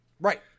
Right